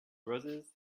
roses